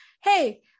hey